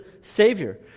Savior